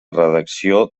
redacció